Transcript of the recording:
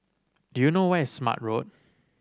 do you know where is Smart Road